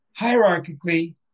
hierarchically